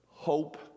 hope